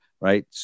right